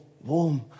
warm